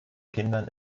kindern